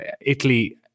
italy